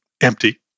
empty